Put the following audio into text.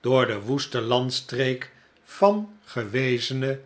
door de woeste landstreek van gewezene